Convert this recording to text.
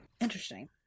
Interesting